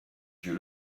dieu